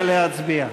נא להצביע.